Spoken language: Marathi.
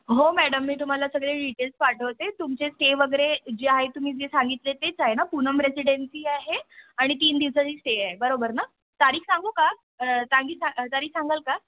हो मॅडम मी तुम्हाला सगळे डिटेल्स पाठवते तुमचे स्टे वगैरे जे आहे तुम्ही जे सांगितले तेच आहे ना पुनम रेसिडेन्सी आहे आणि तीन दिवसाची स्टे आहे बरोबर ना तारीख सांगू का सांगी तारीख सांगाल का